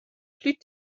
plus